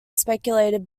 speculative